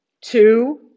Two